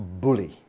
bully